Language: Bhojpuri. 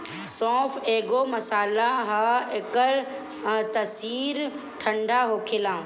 सौंफ एगो मसाला हअ एकर तासीर ठंडा होखेला